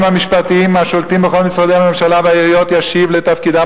המשפטיים השולטים בכל משרדי הממשלה והעיריות ישיבו לתפקידם